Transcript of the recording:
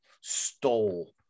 stole